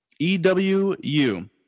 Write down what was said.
EWU